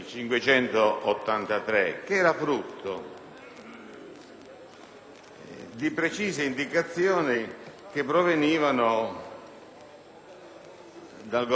di precise indicazioni che provenivano dal Governatore della Banca d'Italia,